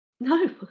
No